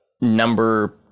number